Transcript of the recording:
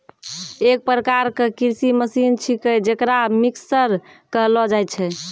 एक प्रकार क कृषि मसीने छिकै जेकरा मिक्सर कहलो जाय छै